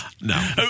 no